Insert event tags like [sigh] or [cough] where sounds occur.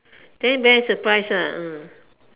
then very surprised ah [noise]